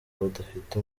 badafite